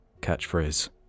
catchphrase